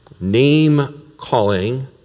name-calling